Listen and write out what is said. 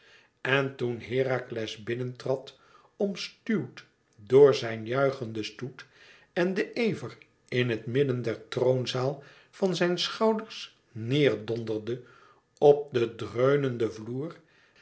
en toen herakles binnen trad omstuwd door zijn juichenden stoet en den ever in het midden der troonzaal van zijn schouders neêr donderde op den dreunenden vloer